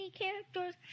characters